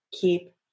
keep